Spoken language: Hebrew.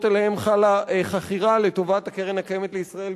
שעליהן חלה חכירה לטובת קרן קיימת לישראל.